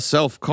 Self